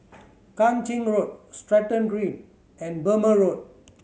Kang Ching Road Stratton Green and Burmah Road